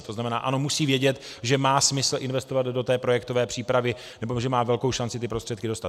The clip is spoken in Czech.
To znamená ano, musí vědět, že má smysl investovat do té projektové přípravy, nebo že má velkou šanci ty prostředky dostat.